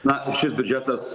na šis biudžetas